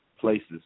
places